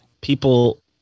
people